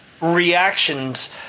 reactions